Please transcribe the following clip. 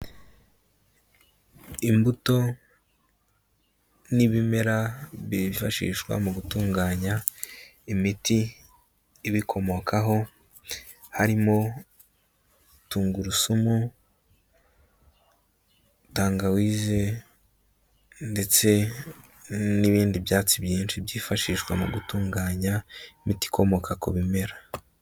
Imbuto n'ibimera byifashishwa mu gutunganya imiti, ibikomokaho harimo tungurusumu, tangawize, ndetse n'ibindi byatsi byinshi byifashishwa mu gutunganya imiti ikomoka ku bimera.